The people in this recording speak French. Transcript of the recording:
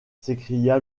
s’écria